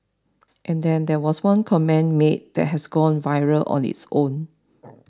and then there was one comment made that has gone viral on its own